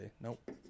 Nope